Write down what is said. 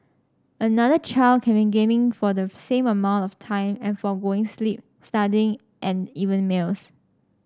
another child can be gaming for the same amount of time and forgoing sleep studying and even meals